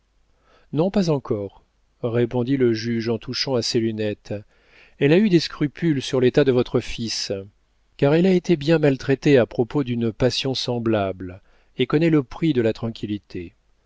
non pas encore répondit le juge en touchant à ses lunettes elle a eu des scrupules sur l'état de votre fils car elle a été bien maltraitée à propos d'une passion semblable et connaît le prix de la tranquillité